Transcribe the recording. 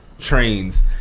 Trains